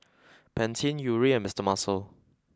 Pantene Yuri and Mister Muscle